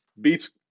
beats